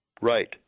Right